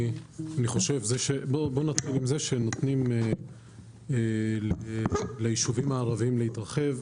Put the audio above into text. בוא נתחיל עם זה שנותנים ליישובים ערביים להתרחב.